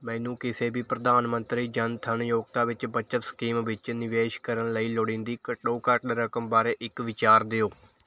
ਮੈਨੂੰ ਕਿਸੇ ਵੀ ਪ੍ਰਧਾਨ ਮੰਤਰੀ ਜਨ ਧਨ ਯੋਕਤਾ ਬੱਚਤ ਸਕੀਮ ਵਿੱਚ ਨਿਵੇਸ਼ ਕਰਨ ਲਈ ਲੋੜੀਂਦੀ ਘੱਟੋ ਘੱਟ ਰਕਮ ਬਾਰੇ ਇੱਕ ਵਿਚਾਰ ਦਿਓ